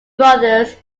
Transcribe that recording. brothers